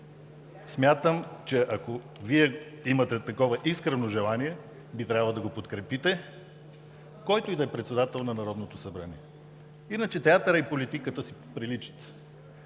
Смятам, че ако Вие имате такова искрено желание, би трябвало да го подкрепите, който и да е председател на Народното събрание. Иначе театърът и политиката си приличат.